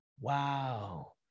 Wow